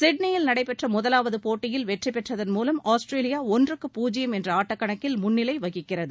சிட்னியில் நடைபெற்ற முதலாவது போட்டியில் வெற்றிபெற்றதன் மூலம் ஆஸ்திரேலியா ஒன்றுக்கு பூஜ்யம் என்ற ஆட்டக்கணக்கில் முன்னிலை வகிக்கிறது